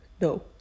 no